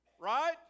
Right